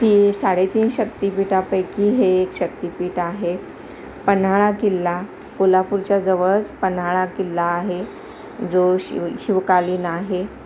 ती साडे तीन शक्तिपीठापैकी हे एक शक्तिपीठ आहे पन्हाळा किल्ला कोल्हापूरच्या जवळच पन्हाळा किल्ला आहे जो शिव शिवकालीन आहे